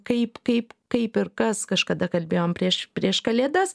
kaip kaip kaip ir kas kažkada kalbėjom prieš prieš kalėdas